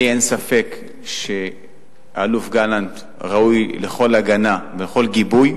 לי אין ספק שהאלוף גלנט ראוי לכל הגנה ולכל גיבוי,